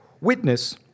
witness